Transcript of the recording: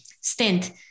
stint